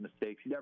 mistakes